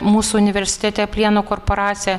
mūsų universitete plieno korporacija